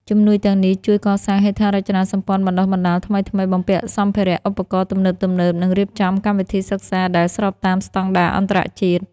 ជំនួយទាំងនេះជួយកសាងហេដ្ឋារចនាសម្ព័ន្ធបណ្តុះបណ្តាលថ្មីៗ បំពាក់សម្ភារៈឧបករណ៍ទំនើបៗ និងរៀបចំកម្មវិធីសិក្សាដែលស្របតាមស្តង់ដារអន្តរជាតិ។